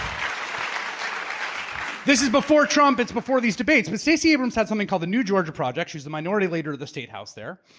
um this is before trump, it's before these debates. but stacey abrams had something called the new georgia project, she's the minority leader of the state house there.